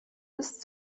ist